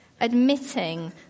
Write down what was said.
admitting